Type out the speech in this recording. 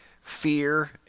fear